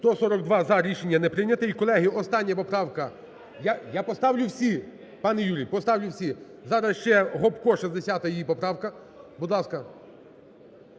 За-142 Рішення не прийнято. І, колеги, остання поправка. Я поставлю всі, пане Юрій, поставлю всі. Зараз ще Гопко, 60-а її поправка, будь ласка.